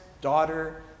daughter